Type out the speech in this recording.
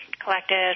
collected